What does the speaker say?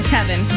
Kevin